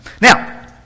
Now